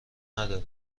نداره